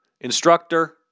instructor